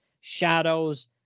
Shadows